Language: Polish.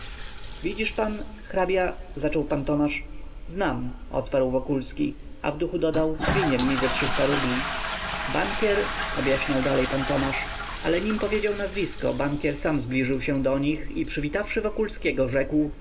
widzisz pan hrabia zaczął pan tomasz znam odparł wokulski a w duchu dodał winien mi ze trzysta rubli bankier objaśniał dalej pan tomasz ale nim powiedział nazwisko bankier sam zbliżył się do nich i przywitawszy wokulskiego rzekł